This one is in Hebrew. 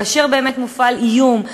כאשר באמת מופעל איום,